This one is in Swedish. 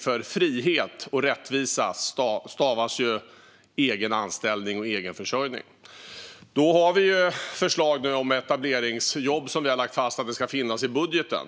Frihet och rättvisa stavas ju egen anställning och egen försörjning. Vi har lagt fram förslag om etableringsjobb och vi har lagt fast dessa i budgeten.